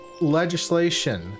legislation